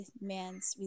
man's